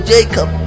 Jacob